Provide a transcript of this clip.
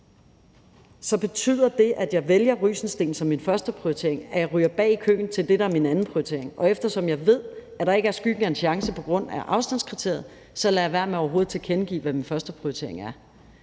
så betyder det, at jeg har Rysensteen som min førsteprioritering, at jeg ryger bag i køen til det, der er min andenprioritering, og eftersom jeg ved, at der ikke er skyggen af en chance på grund af afstandskriteriet, så lader jeg være med overhovedet at tilkendegive, hvad min førsteprioritering er.